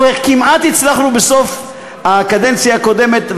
כמעט הצלחנו בסוף הקדנציה הקודמת,